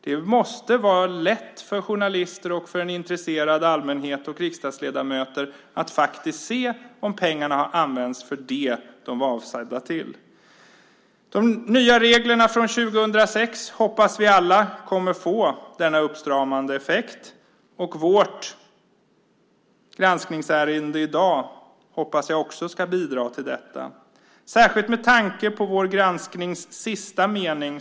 Det måste vara lätt för journalister, en intresserad allmänhet och riksdagsledamöter att se om pengarna faktiskt har använts till det som de var avsedda för. De nya reglerna från 2006 hoppas vi alla kommer att få denna uppstramande effekt. Jag hoppas att dagens granskningsärende också ska bidra till detta, särskilt med tanke på vår gransknings sista mening.